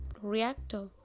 reactor